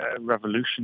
revolution